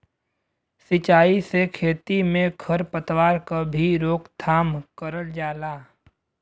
सिंचाई से खेती में खर पतवार क भी रोकथाम करल जाला